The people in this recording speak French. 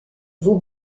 vous